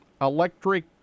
electric